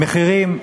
המחירים,